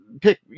pick